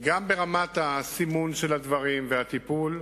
גם ברמת הסימון של הדברים, והטיפול,